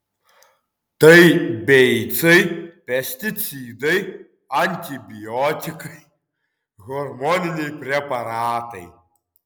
tai beicai pesticidai antibiotikai hormoniniai preparatai